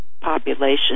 population